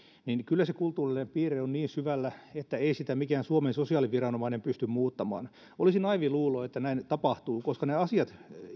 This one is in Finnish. että kyllä se kulttuurillinen piirre on niin syvällä että ei sitä mikään suomen sosiaaliviranomainen pysty muuttamaan olisi naiivia luulla että näin tapahtuu koska nämä asiat